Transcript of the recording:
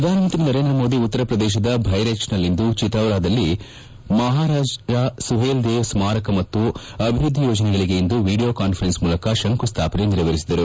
ಶ್ರಧಾನಮಂತ್ರಿ ನರೇಂದ್ರ ಮೋದಿ ಉತ್ತರ ಪ್ರದೇಶದ ಬಹ್ವೆಚ್ನಲ್ಲಿನ ಚಿತೌರದಲ್ಲಿ ಮಹಾರಾಜ ಸುಹೇಲ್ದೇವ್ ಸ್ಟಾರಕ ಮತ್ತು ಅಭಿವೃದ್ದಿ ಯೋಜನೆಗಳಿಗೆ ಇಂದು ವಿಡಿಯೋ ಕಾನ್ಫರೆನ್ಸ್ ಮೂಲಕ ಶಂಕುಸ್ಥಾಪನೆ ನೆರವೇರಿಸಿದರು